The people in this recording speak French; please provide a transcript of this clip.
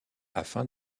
afin